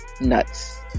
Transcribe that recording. nuts